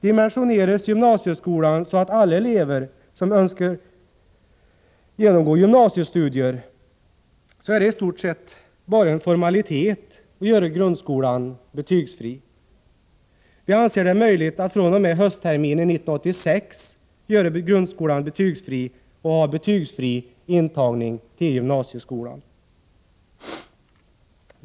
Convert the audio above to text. Dimensioneras gymnasieskolan så att alla elever som så önskar får genomgå gymnasiestudier är det i stort sett bara en formalitet att göra grundskolan betygsfri. Vi anser det möjligt att fr.o.m. höstterminen 1986 göra grundskolan betygsfri och ha betygsfri intagning till gymnasieskolan.